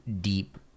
deep